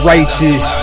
Righteous